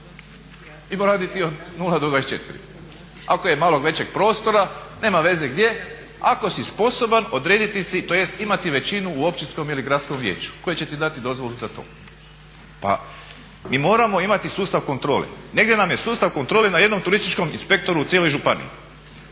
bar i raditi od 0 do 24. Ako je malo većeg prostora, nema veze gdje, ako si sposoban odrediti si tj. imati većinu u općinskom ili gradskom vijeću koje će ti dati dozvolu za to. Pa mi moramo imati sustav kontrole, negdje nam je sustav kontrole na jednom turističkom inspektoru u cijeloj županiji,